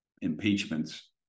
impeachments